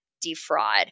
defraud